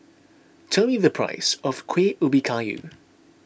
tell me the price of Kueh Ubi Kayu